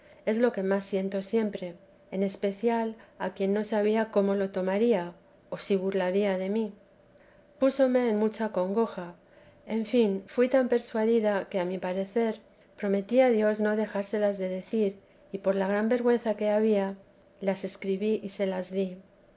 es lo que más siento siempre en especial a quien no sabía cómo lo tomaría o si burlaría de mi púsome en mucha congoja en fin fui tan persuadida que a mi parecer prometí a dios no dejárselas de decir y por la gran vergüenza que había las escribí y se las di